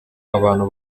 abantu